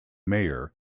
mayor